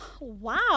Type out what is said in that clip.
Wow